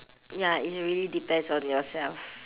ya it's really depends on yourself